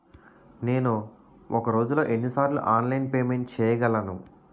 నేను ఒక రోజులో ఎన్ని సార్లు ఆన్లైన్ పేమెంట్ చేయగలను?